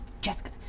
Jessica